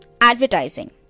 Advertising